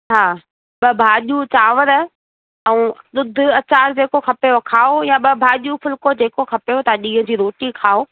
हा ॿ भाॼियूं चावर ऐं ॾुध अचार जेको खपेव खाओ या ॿ भाॼियूं फुल्को जेको खपेव तव्हां ॾींहं जी रोटी खाओ